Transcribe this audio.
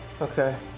Okay